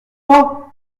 pas